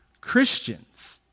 Christians